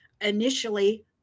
initially